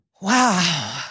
wow